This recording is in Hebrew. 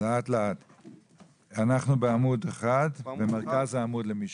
תגובת דחק מתמשכת לאירוע טראומטי לרבות תגובות קרב.